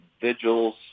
vigils